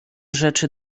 rzeczy